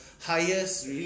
highest